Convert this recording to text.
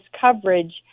coverage